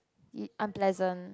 it~ unpleasant